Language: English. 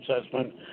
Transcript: assessment